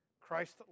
christ